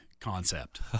concept